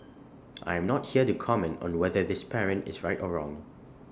I am not here to comment on whether this parent is right or wrong